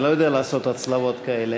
אני לא יודע לעשות הצלבות כאלה.